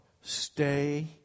stay